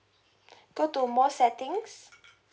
go to more settings